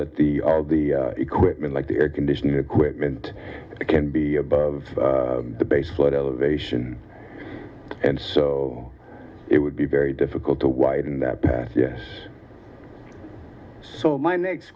that the the equipment like the air conditioning equipment can be above the base flood elevation and so it would be very difficult to widen that path yes so my next